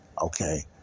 Okay